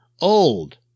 old